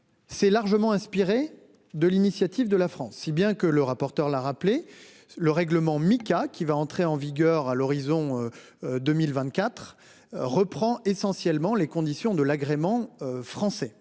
C'est largement inspiré de l'initiative de la France, si bien que le rapporteur la rappeler le règlement Mica qui va entrer en vigueur à l'horizon. 2024 reprend essentiellement les conditions de l'agrément français